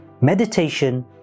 Meditation